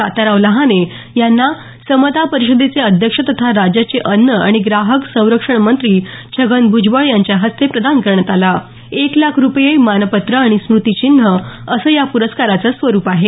तात्याराव लहाने यांना समता परिषदेचे अध्यक्ष तथा राज्याचे अन्न आणि ग्राहक संरक्षण मंत्री छगन भूजबळ यांच्या हस्ते प्रदान करण्यात आला एक लाख रुपये मानपत्र आणि स्मृती चिन्ह असं या प्रस्काराचं स्वरुप आहे